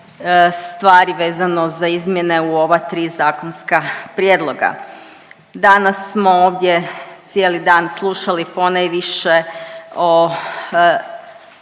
stvari vezano za izmjene u ova 3 zakonska prijedloga. Danas smo ovdje cijeli dan slušali ponajviše o,